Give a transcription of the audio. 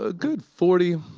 ah good forty,